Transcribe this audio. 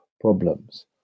problems